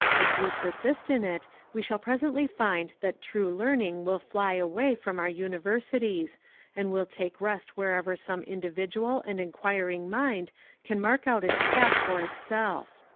if we persist in it we shall presently find that true learning will fly away from our universities and will take rest wherever some individual and enquiring mind can mark out its path for itself.